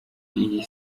iyi